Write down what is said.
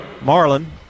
Marlin